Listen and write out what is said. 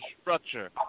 structure